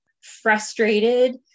frustrated